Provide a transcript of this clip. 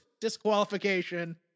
disqualification